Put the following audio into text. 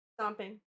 Stomping